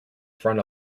front